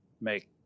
make